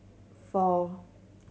four